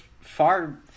far